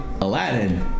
Aladdin